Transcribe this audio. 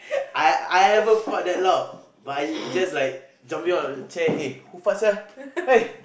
I I ever fart that loud but I just like jumping on the chair eh who fart sia !hey!